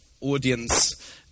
audience